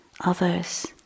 others